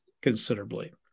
considerably